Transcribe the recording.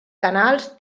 canals